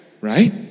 right